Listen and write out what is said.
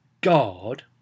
God